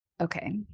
okay